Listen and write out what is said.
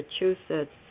Massachusetts